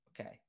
Okay